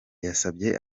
yasabye